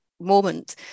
moment